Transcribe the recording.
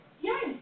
Yes